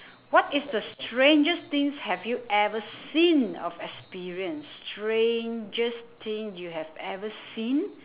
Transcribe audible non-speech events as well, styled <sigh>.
<breath> what is the strangest things have you ever seen of experienced strangest thing you have ever seen